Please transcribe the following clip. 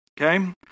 Okay